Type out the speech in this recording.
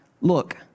look